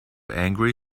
angry